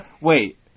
Wait